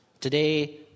Today